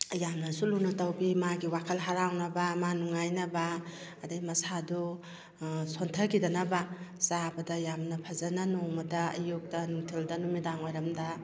ꯌꯥꯝꯅꯁꯨ ꯂꯨꯅ ꯇꯧꯕꯤ ꯃꯥꯒꯤ ꯋꯥꯈꯜ ꯍꯔꯥꯎꯅꯕ ꯃꯥ ꯅꯨꯡꯉꯥꯏꯅꯕ ꯑꯗꯩ ꯃꯁꯥꯗꯣ ꯁꯣꯟꯊꯥꯒꯤꯗꯅꯕ ꯆꯥꯕꯗ ꯌꯥꯝꯅ ꯐꯖꯅ ꯅꯣꯡꯃꯗ ꯑꯌꯨꯛꯇ ꯅꯨꯡꯊꯤꯜꯗ ꯅꯨꯃꯤꯗꯥꯡ ꯋꯥꯏꯔꯥꯝꯗ